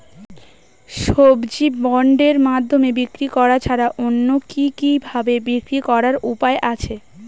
সবজি বন্ডের মাধ্যমে বিক্রি করা ছাড়া অন্য কি কি ভাবে বিক্রি করার উপায় আছে?